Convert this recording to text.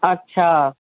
अच्छा